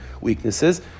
weaknesses